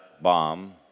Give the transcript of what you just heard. bomb